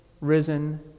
risen